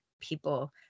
people